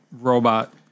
robot